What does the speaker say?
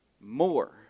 more